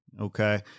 Okay